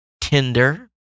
Tinder